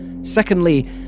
Secondly